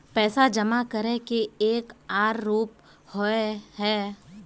पैसा जमा करे के एक आर रूप होय है?